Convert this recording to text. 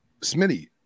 Smitty